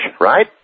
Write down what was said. right